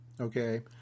Okay